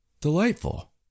Delightful